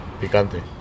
picante